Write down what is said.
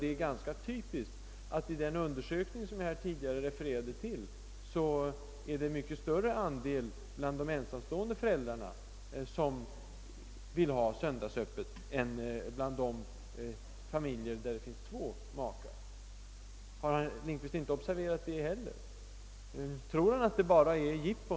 Det är ganska typiskt att i den undersökning jag tidigare refererade till, är det en mycket större andel bland de ensamstående föräldrarna som vill ha söndagsöppet än bland de familjer där det finns två makar. Har herr Lindkvist inte observerat detta heller? Tror han att det bara är fråga om jippon?